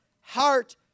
heart